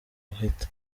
ahita